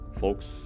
folks